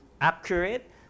accurate